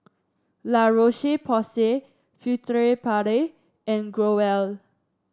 La Roche Porsay Furtere Paris and Growell